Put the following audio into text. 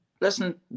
listen